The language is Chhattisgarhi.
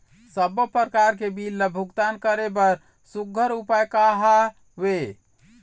सबों प्रकार के बिल ला भुगतान करे बर सुघ्घर उपाय का हा वे?